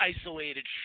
isolated